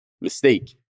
mistake